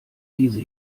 diese